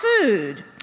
food